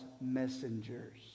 messengers